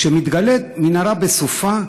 כשמתגלית מנהרה בסופה,